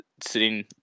sitting